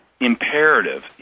imperative